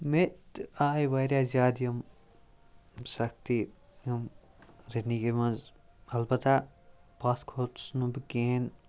مےٚ تہِ آے واریاہ زیادٕ یِم سختی یِم زنٛدگی منٛز البتہ پتھ کھوٚتُس نہٕ بہٕ کِہیٖنۍ